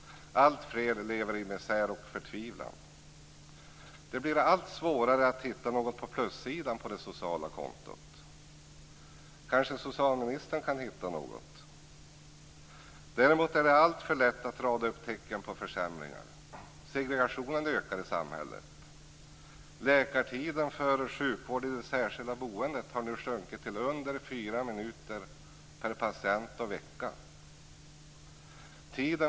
Alltfler lever i misär och förtvivlan. Det blir allt svårare att hitta någonting på plussidan på det sociala kontot. Kanske socialministern kan hitta något. Däremot är det alltför lätt att rada upp tecken på försämringar. Segregationen ökar i samhället. Läkartiden för sjukvård i särskilt boende har nu sjunkit till under 4 minuter per patient och vecka.